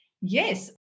Yes